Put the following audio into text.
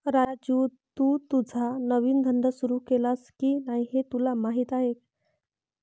राजू, तू तुझा नवीन धंदा सुरू केलास की नाही हे तुला माहीत आहे